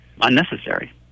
unnecessary